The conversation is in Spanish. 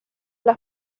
las